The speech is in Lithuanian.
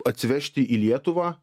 atsivežti į lietuvą